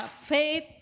Faith